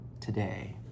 today